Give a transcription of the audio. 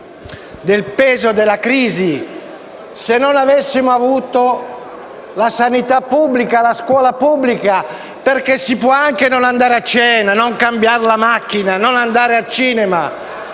il peso della crisi se non avessimo avuto la sanità pubblica e la scuola pubblica. Si può anche non andare a cena, non cambiare la macchina, non andare al cinema,